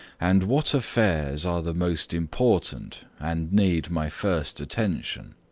and, what affairs are the most important, and need my first attention?